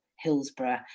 hillsborough